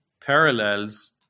parallels